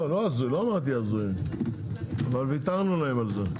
לא, לא הזוי, לא אמרתי הזוי אבל ויתרנו להם על זה,